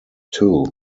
too